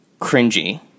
cringy